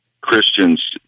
Christians